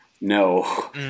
No